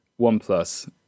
OnePlus